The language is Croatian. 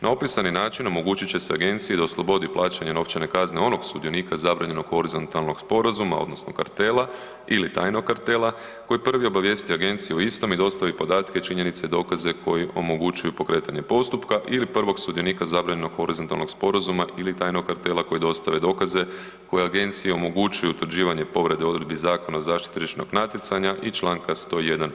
Na opisani način omogućit će se Agenciji da oslobodi plaćanja novčane kazne onog sudionika zabranjenog horizontalnog sporazuma odnosno kartela ili tajnog kartela koji prvi obavijesti Agenciju o istim i dostavi podatke, činjenice, dokaze koji omogućuju pokretanje postupka ili prvog sudionika zabranjenog horizontalnog sporazuma ili tajnog kartela koji dostave dokaze koji agenciji omogućuju utvrđivanje povrede odredbi Zakona o zaštiti tržišnog natjecanja i članka 101.